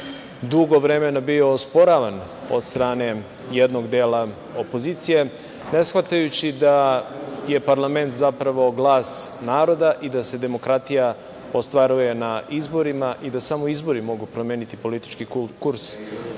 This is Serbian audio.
dugo vremena bio osporavan od strane jednog dela opozicije, ne shvatajući da je parlament zapravo glas naroda i da se demokratija ostvaruje na izborima i da samo izbori mogu promeniti politički kurs